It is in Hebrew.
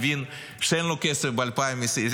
הוא הבין שאין לו כסף ב-2025.